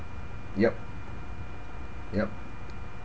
yup yup